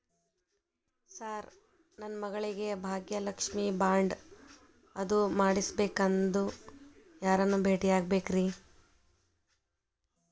Sir ನನ್ನ ಮಗಳಿಗೆ Bhagyalakshmi bond ಅದು ಮಾಡಿಸಬೇಕೆಂದು ಯಾರನ್ನ ಭೇಟಿಯಾಗಬೇಕ್ರಿ?